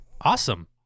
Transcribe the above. awesome